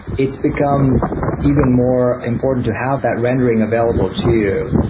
it's become even more important to have that rendering available too.